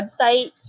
website